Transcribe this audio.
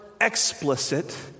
explicit